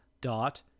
dot